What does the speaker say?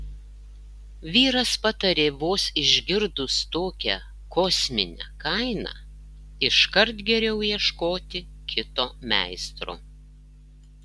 vyras patarė vos išgirdus tokią kosminę kainą iškart geriau ieškoti kito meistro